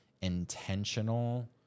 intentional